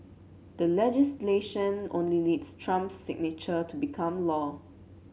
the legislation only needs Trump's signature to become law